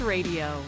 Radio